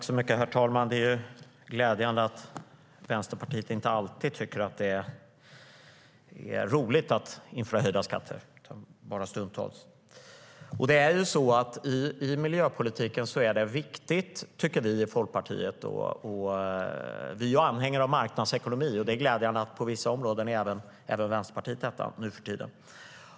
Herr talman! Det är glädjande att Vänsterpartiet inte alltid tycker att det är roligt att införa höjda skatter utan bara stundtals. Vi i Folkpartiet är anhängare av marknadsekonomi, och det är glädjande att även Vänsterpartiet är det på vissa områden nuförtiden.